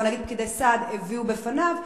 לא נגיד "פקידי סעד" הביאו בפניו,